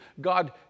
God